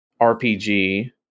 RPG